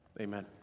amen